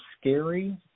scary